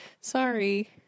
Sorry